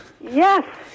Yes